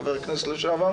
חבר כנסת לשעבר,